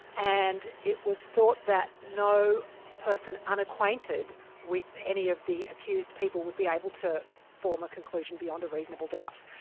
and it was thought that no person unacquainted with any of the accused people would be able to form a conclusion beyond a reasonable doubt.